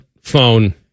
phone